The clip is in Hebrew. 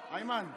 בבקשה,